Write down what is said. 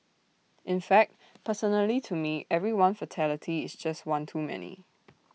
in fact personally to me every one fatality is just one too many